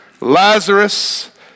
Lazarus